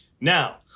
now